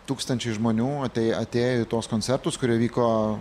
tūkstančiai žmonių atėj atėjo į tuos koncertus kurie vyko